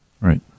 Right